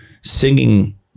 singing